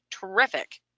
terrific